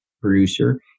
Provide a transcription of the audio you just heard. producer